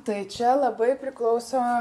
tai čia labai priklauso